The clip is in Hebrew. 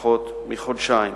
פחות מחודשיים.